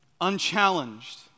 unchallenged